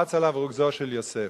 קפץ עליו רוגזו של יוסף.